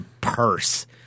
purse